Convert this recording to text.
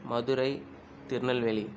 Madurai Tirunelveli